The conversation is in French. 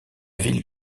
ville